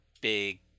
big